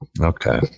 Okay